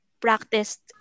practiced